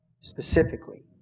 Specifically